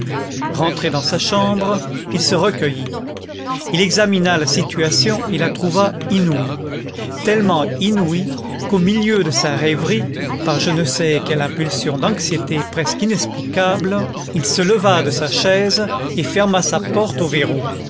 rentré dans sa chambre il se recueillit il examina la situation et la trouva inouïe tellement inouïe qu'au milieu de sa rêverie par je ne sais quelle impulsion d'anxiété presque inexplicable il se leva de sa chaise et ferma sa porte au verrou